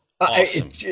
Awesome